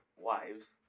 wives